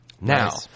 Now